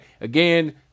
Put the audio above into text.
again